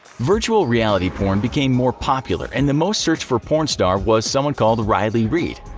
virtual reality porn became more popular and the most searched for porn star was someone called riley reid.